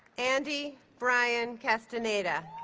andy bryan castaneda